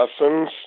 lessons